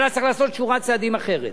אבל אז צריך לעשות שורת צעדים אחרת.